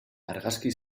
argazki